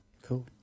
cool